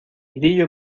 grillo